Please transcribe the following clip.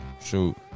shoot